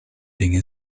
dinge